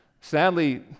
sadly